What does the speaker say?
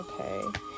Okay